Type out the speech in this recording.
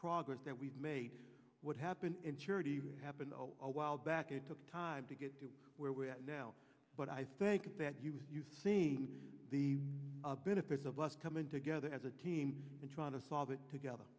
progress that we've made what happened in charity happened a while back it took time to get to where we are now but i think that you will see the benefits of us coming together as a team and try to solve it together